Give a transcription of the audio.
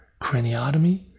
craniotomy